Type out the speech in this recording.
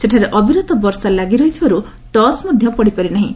ସେଠାରେ ଅବିରତ ବର୍ଷା ଲାଗି ରହିବାରୁ ଟସ୍ ମଧ୍ୟ ପଡ଼ିପାରି ନାହିଁ